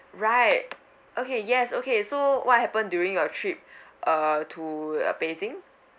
right okay yes okay so what happened during your trip uh to uh beijing